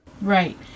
right